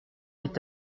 est